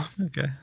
okay